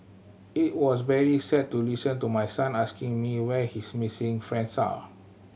it was very sad to listen to my son asking me where his missing friends are